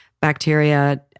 bacteria